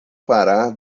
parar